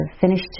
finished